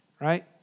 right